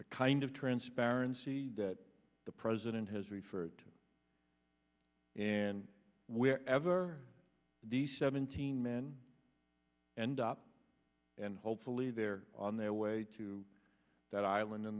the kind of transparency that the president has referred to and where ever the seventeen men and up and hopefully they're on their way to that island in